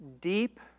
deep